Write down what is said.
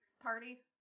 Party